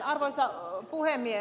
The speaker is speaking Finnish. arvoisa puhemies